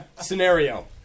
scenario